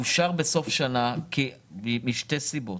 הוא אושר בסוף שנה משתי סיבות: